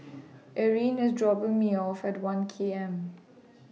Irene IS dropping Me off At one K M